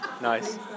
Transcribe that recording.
nice